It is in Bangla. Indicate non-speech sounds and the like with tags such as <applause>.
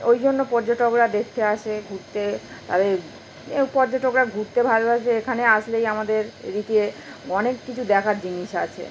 ওই জন্য পর্যটকরা দেখতে আসে ঘুরতে <unintelligible> এ পর্যটকরা ঘুরতে ভালোবাসে এখানে আসলেই আমাদের এদিকে অনেক কিছু দেখার জিনিস আছে